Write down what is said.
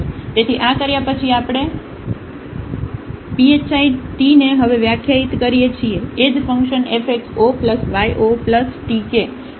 તેથી આ કર્યા પછી આપણે phi t ને હવે વ્યાખ્યાયિત કરીએ છીએ એ જ function f x 0 y 0 TK